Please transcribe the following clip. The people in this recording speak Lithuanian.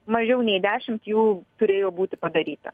mažiau nei dešimt jų turėjo būti padaryta